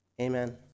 Amen